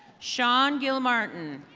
shaun gilmartin.